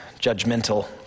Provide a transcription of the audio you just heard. judgmental